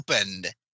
opened